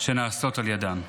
שנעשות על ידן.